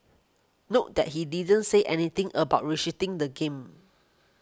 note that he didn't say anything about restricting the game